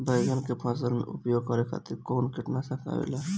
बैंगन के फसल में उपयोग करे खातिर कउन कीटनाशक आवेला?